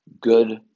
good